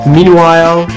Meanwhile